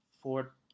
four